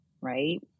right